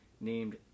named